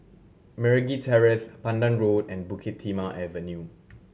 Meragi Terrace Pandan Road and Bukit Timah Avenue